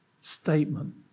statement